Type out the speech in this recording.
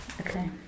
Okay